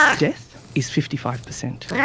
death, is fifty five percent.